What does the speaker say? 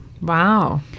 Wow